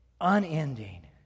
unending